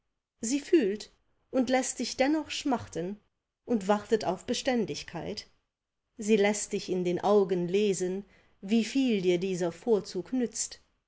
sie fühlt und läßt dich dennoch schmachten und wartet auf beständigkeit sie läßt dich in den augen lesen wieviel dir dieser vorzug nützt